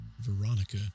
Veronica